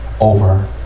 over